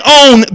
own